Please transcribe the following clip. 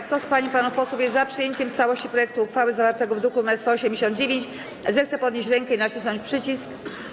Kto z pań i panów posłów jest za przyjęciem w całości projektu uchwały zawartego w druku nr 189, zechce podnieść rękę i nacisnąć przycisk.